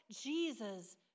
Jesus